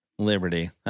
Liberty